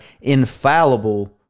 infallible